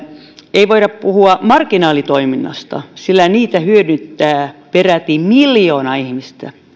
ei voida puhua marginaalitoiminnasta sillä niitä hyödyntää peräti miljoona ihmistä